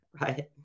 right